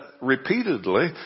repeatedly